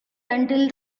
until